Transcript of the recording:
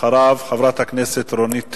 אחריו, חברת הכנסת רונית תירוש.